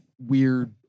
weird